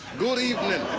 good evening.